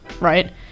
right